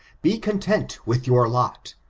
be content with your lot,